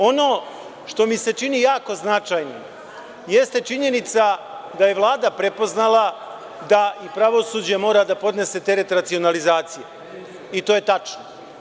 Ono što mi se čini jako značajnim jeste činjenica da je Vlada prepoznala da pravosuđe mora da podnese teret racionalizacije i to je tačno.